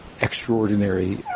extraordinary